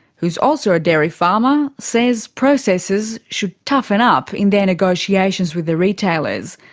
who's also a dairy farmer, says processors should toughen up in their negotiations with the retailers.